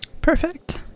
Perfect